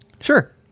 sure